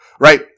Right